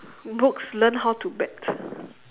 books learn how to bet